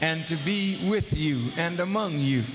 and to be with you and among you